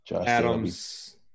Adams